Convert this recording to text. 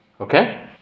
okay